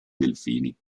delfini